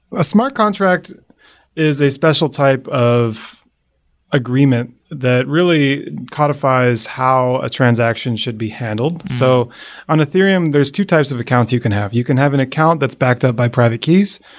a smart contract is a special type of agreement that really codifies how a transaction should be handled. so on ethereum, there's two types of account you can have. you can have an account that's backed up by private keys,